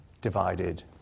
divided